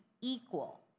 equal